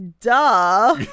duh